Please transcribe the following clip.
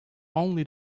only